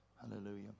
Hallelujah